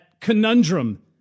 conundrum